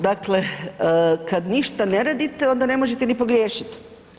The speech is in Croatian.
Dakle, kad ništa ne radite, onda ne možete ni pogriješiti.